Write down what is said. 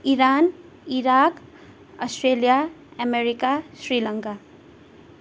Iran Iraq Australia America Sri Lanka